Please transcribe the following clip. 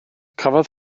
cafodd